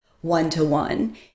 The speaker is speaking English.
one-to-one